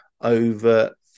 over